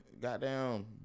goddamn